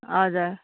हजुर